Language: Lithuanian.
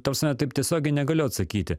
ta prasme taip tiesiogiai negaliu atsakyti